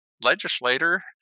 legislator